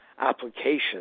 applications